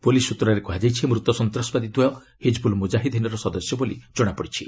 police ସୂତ୍ରରେ କୁହାଯାଇଛି ମୃତ ସନ୍ତାସବାଦୀ ଦ୍ୱୟ ହିଜିବୁଲ୍ ମୁଜାହିଦ୍ଦିନ୍ର ସଦସ୍ୟ ବୋଲି ଜଣାପଡ଼ିଛି